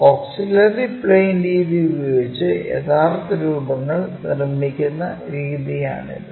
auxiliary plane രീതി ഉപയോഗിച്ച് യഥാർത്ഥ രൂപങ്ങൾ നിർമ്മിക്കുന്ന രീതിയാണിത്